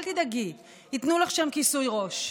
אל תדאגי, ייתנו לך שם כיסוי ראש.